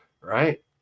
right